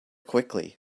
quickly